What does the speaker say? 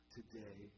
today